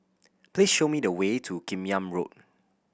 please show me the way to Kim Yam Road